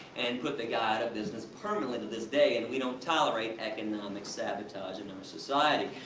and put the guy out of business permanently to this day. and we don't tolerate economic sabotage in our society.